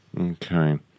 Okay